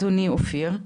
אדוני אופיר,